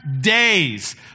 days